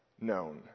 known